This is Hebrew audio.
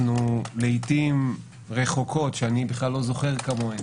אנחנו לעתים רחוקות, שאני בכלל לא זוכר כמוהם